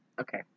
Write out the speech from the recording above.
Okay